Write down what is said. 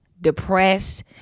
depressed